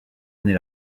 année